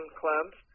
clubs